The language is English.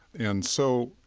and so,